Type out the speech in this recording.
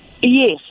yes